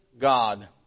god